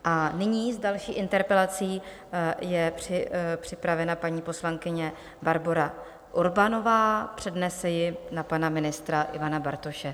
A nyní s další interpelací je připravena paní poslankyně Barbora Urbanová, přednese ji na pana ministra Ivana Bartoše.